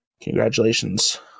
congratulations